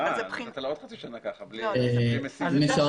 זאת בחינה